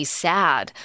sad